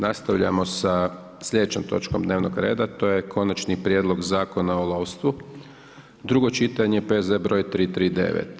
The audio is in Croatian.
Nastavljamo sa sljedećom točkom dnevnog reda, to je: - Konačni prijedlog Zakona o lovstvu, drugo čitanja, P.Z.E. br. 339.